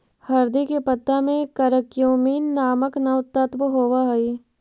हरदी के पत्ता में करक्यूमिन नामक तत्व होब हई